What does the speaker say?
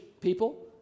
people